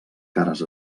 cares